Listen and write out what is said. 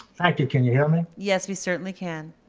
thank you, can you hear me? yes, we certainly can.